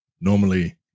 Normally